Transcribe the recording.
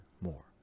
more